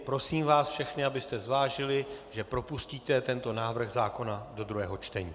Prosím vás všechny, abyste zvážili, že propustíte tento návrh zákona do druhého čtení.